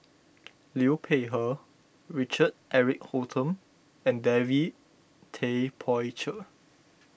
Liu Peihe Richard Eric Holttum and David Tay Poey Cher